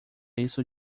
isso